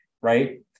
Right